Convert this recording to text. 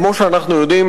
כמו שאנחנו יודעים,